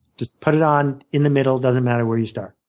just put it on, in the middle doesn't matter where you start.